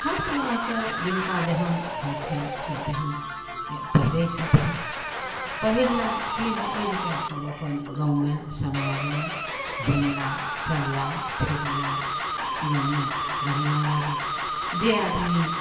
हर तरहके जिनका जेहन होइ छनि से तेहने पहिरै छथिन पहिरला पीन्ह ओढ़िके तब अपन गाँवमे समाजमे घुमलाह चलला फिरलाह गाँवमे बढ़िआँ लागल जे आदमी